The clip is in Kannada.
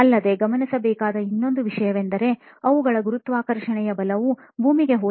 ಅಲ್ಲದೆ ಗಮನಿಸಬೇಕಾದ ಇನ್ನೊಂದು ವಿಷಯವೆಂದರೆ ಅವುಗಳ ಗುರುತ್ವಾಕರ್ಷಣೆಯ ಬಲವು ಭೂಮಿಗೆ ಹೋಲಿಸಿದರೆ 11 ಪಟ್ಟು ಹೆಚ್ಚು ಆಗಿದೆ